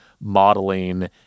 modeling